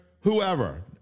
whoever